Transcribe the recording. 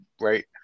right